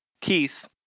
Keith